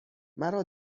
مرا